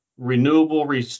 renewable